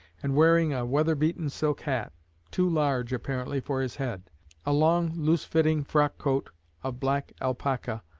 and wearing a weather-beaten silk hat too large, apparently, for his head a long, loosely-fitting frock-coat of black alpaca,